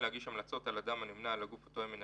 להגיש המלצות בקשה על אדם הנמנה על הגוף אותו הם מנהלים,